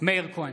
מאיר כהן,